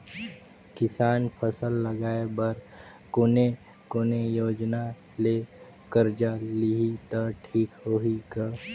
किसान फसल लगाय बर कोने कोने योजना ले कर्जा लिही त ठीक होही ग?